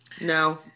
no